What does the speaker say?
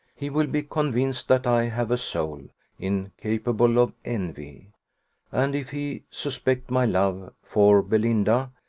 he will be convinced that i have a soul incapable of envy and, if he suspect my love for belinda,